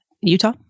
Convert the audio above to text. Utah